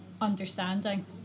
understanding